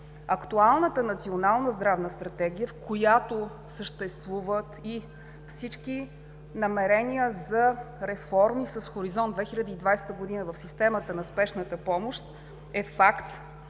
Актуалната Национална здравна стратегия, в която съществуват и всички намерения за реформи с „Хоризонт 2020 г.“ в системата на спешната помощ, е факт